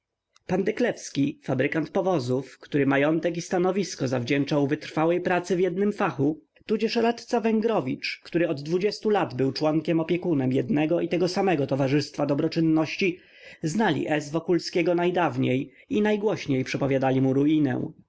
pan deklewski fabrykant powozów który majątek i stanowisko zawdzięczał wytrwałej pracy w jednym fachu tudzież radca węgrowicz który od dwudziestu lat był członkiem opiekunem jednego i tego samego towarzystwa dobroczynności znali s wokulskiego najdawniej i